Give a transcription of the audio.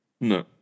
No